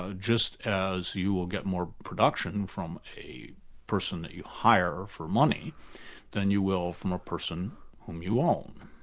ah just as you will get more production from a person that you hire for money than you will from a person whom you own.